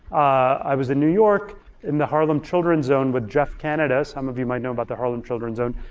i was in new york in the harlem children's zone with jeff canada. some of you might know about the harlem children's zone.